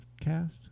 cast